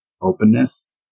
openness